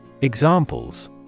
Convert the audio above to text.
Examples